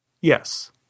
Yes